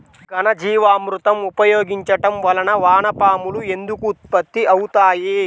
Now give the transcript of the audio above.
ఘనజీవామృతం ఉపయోగించటం వలన వాన పాములు ఎందుకు ఉత్పత్తి అవుతాయి?